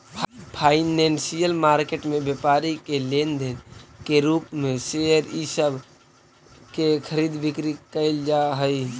financial market में व्यापारी के लेन देन के रूप में शेयर इ सब के खरीद बिक्री कैइल जा हई